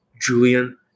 Julian